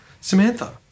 Samantha